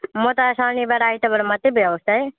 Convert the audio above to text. म त शनिबार आइतबार मात्रै भ्याउँछु है